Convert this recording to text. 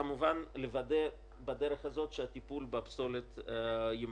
וכמובן לוודא בדרך הזאת שהטיפול בפסולת יימשך.